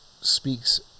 speaks